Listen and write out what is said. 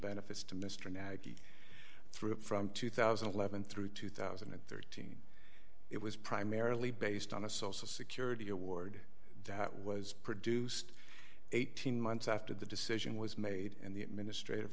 benefits to mr naggy through from two thousand and eleven through two thousand and thirteen it was primarily based on a social security award that was produced eighteen months after the decision was made and the administrative